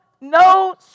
no